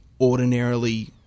ordinarily